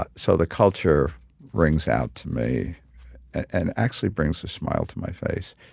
but so the culture rings out to me and actually brings a smile to my face.